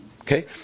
Okay